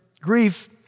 grief